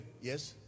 Yes